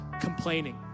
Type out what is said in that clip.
complaining